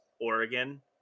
Oregon